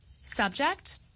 Subject